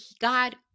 God